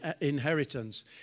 inheritance